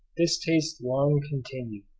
this taste long continued,